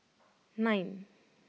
nine